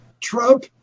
Trump